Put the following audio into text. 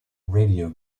radio